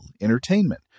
entertainment